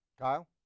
Kyle